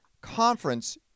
conference